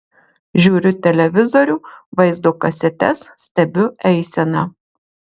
žiūriu televizorių vaizdo kasetes stebiu eiseną